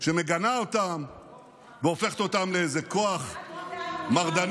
שמגנה אותם והופכת אותם לאיזה כוח מרדני.